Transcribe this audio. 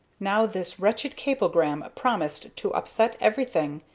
now this wretched cablegram promised to upset everything,